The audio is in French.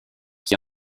qui